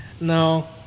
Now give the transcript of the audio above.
No